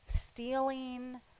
stealing